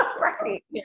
Right